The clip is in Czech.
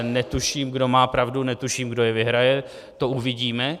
Netuším, kdo má pravdu, netuším, kdo je vyhraje, to uvidíme.